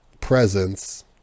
presence